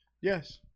Yes